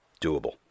doable